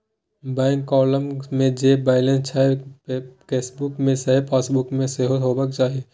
bank column मे जे balance छै केसबुक मे सैह पासबुक मे सेहो हेबाक चाही